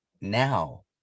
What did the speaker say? now